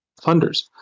funders